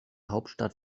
hauptstadt